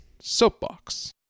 soapbox